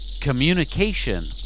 Communication